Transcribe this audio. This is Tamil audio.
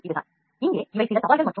இவையாவும் சில சவால்கள் ஆகும்